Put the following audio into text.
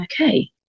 okay